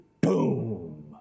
Boom